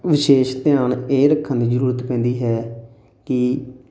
ਵਿਸ਼ੇਸ਼ ਧਿਆਨ ਇਹ ਰੱਖਣ ਦੀ ਜ਼ਰੂਰਤ ਪੈਂਦੀ ਹੈ ਕਿ